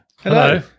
Hello